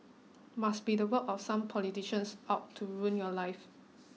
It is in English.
must be the work of some politicians out to ruin your life